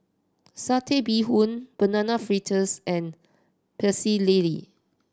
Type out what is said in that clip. Satay Bee Hoon Banana Fritters and Pecel Lele